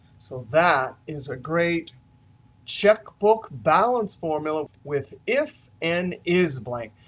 so that is a great checkbook balance formula with if and is blank.